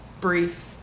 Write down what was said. brief